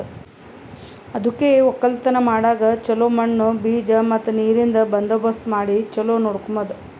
ಅದುಕೆ ಒಕ್ಕಲತನ ಮಾಡಾಗ್ ಚೊಲೋ ಮಣ್ಣು, ಬೀಜ ಮತ್ತ ನೀರಿಂದ್ ಬಂದೋಬಸ್ತ್ ಮಾಡಿ ಚೊಲೋ ನೋಡ್ಕೋಮದ್